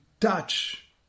touch